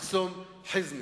מחסום חיזמה,